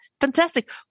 fantastic